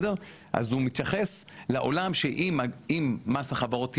אז הוא מתייחס לעולם שאם מס החברות ירד,